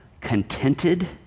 contented